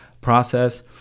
process